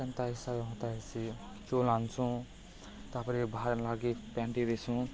କେନ୍ତା ହିସାବ୍ର ହେନ୍ତା ହେସି ଚାଉଲ୍ ଆନ୍ସୁଁ ତା'ର୍ପରେ ବାହାର୍ ଲାଗି ପାଏନ୍ ଟିକେ ଦେସୁଁ